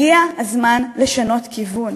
הגיע הזמן לשנות כיוון.